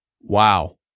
Wow